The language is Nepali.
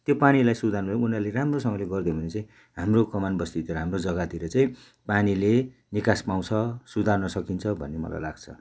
त्यो पानीलाई सुधार्नु उनीहरूले राम्रोसँगले गरिदियो भने चाहिँ हाम्रो कमान बस्तीतिर हाम्रो जग्गातिर चाहिँ पानीले निकास पाउँछ सुधार्न सकिन्छ भन्ने मलाई लाग्छ